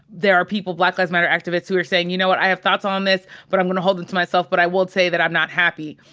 there are people, black lives matter activists who are saying, you know what? i have thoughts on this, but i'm gonna hold them to myself. but i will say that i'm not happy.